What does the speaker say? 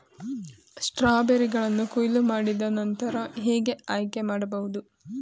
ಸ್ಟ್ರಾಬೆರಿಗಳನ್ನು ಕೊಯ್ಲು ಮಾಡಿದ ನಂತರ ಹೇಗೆ ಆಯ್ಕೆ ಮಾಡಬಹುದು?